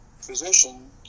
physician